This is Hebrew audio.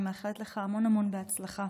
אני מאחלת לך המון המון הצלחה